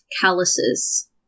calluses